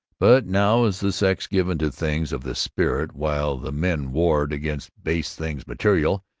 but now, as the sex given to things of the spirit while the men warred against base things material,